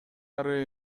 ары